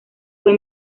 fue